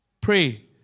Pray